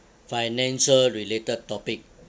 financial-related topic